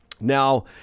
Now